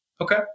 Okay